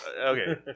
Okay